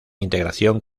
integración